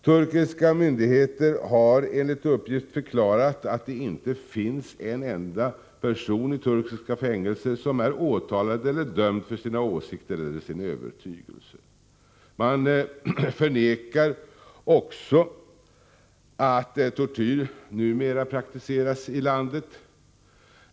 Turkiska myndigheter har enligt uppgift förklarat att det inte finns en enda person i turkiska fängelser som är åtalad eller dömd för sina åsikter eller sin övertygelse. Man förnekar också att tortyr praktiseras i landet.